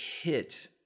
hit